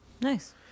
Nice